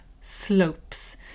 slopes